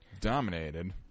dominated